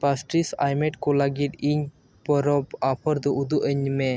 ᱯᱟᱥᱴᱤᱡ ᱟᱭᱢᱮᱴ ᱠᱚ ᱞᱟᱹᱜᱤᱫ ᱤᱧ ᱯᱚᱨᱚᱵᱽ ᱚᱯᱷᱟᱨ ᱫᱚ ᱩᱫᱩᱜ ᱟᱹᱧ ᱢᱮ